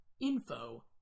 info